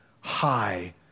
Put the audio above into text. high